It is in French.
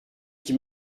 qui